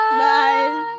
bye